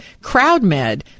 CrowdMed